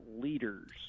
leaders